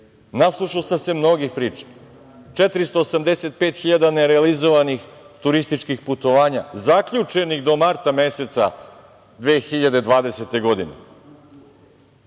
Naslušao sam se mnogih priča, 485 hiljada nerealizovanih turističkih putovanja zaključenih do marta meseca 2020. godine.